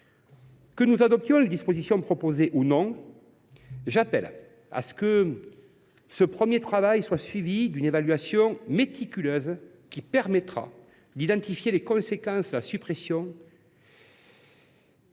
Que nous adoptions les dispositions proposées ou non, j’appelle à ce que ce premier travail soit suivi d’une évaluation méticuleuse qui permettra d’identifier les conséquences de la suppression comme du maintien